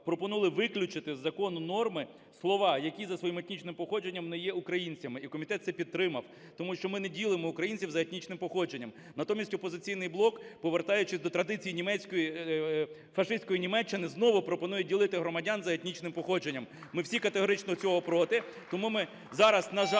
пропонували виключили з закону норми, слова "які за своїм етнічним походженням не є українцями". І комітет це підтримав, тому що ми не ділимо українців за етнічним походженням. Натомість "Опозиційний блок", повертаючись до традицій німецької... фашистської Німеччини, знову пропонує ділити громадян за етнічним походженням. Ми всі категорично цього проти. Тому ми зараз, на жаль,